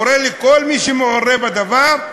קורא לכל מי שמעורה בדבר,